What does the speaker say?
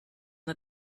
let